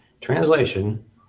translation